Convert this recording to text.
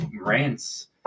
rants